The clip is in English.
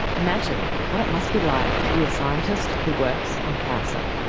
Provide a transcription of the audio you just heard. imagine what it must be like to be a scientist who works on cancer.